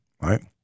right